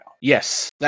Yes